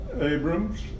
Abrams